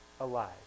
alive